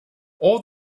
all